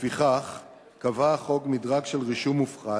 לפיכך קבע החוק מדרג של רישום מופחת.